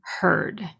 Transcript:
heard